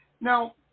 Now